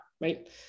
right